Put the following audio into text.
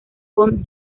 con